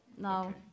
No